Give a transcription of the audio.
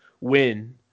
win